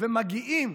ומגיעים